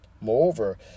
Moreover